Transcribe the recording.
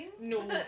No